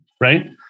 right